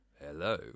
Hello